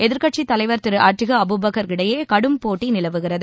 எதிர்க்கட்சித்தலைவர் திரு Atiku Abubakar இடையே கடும்போட்டி நிலவுகிறது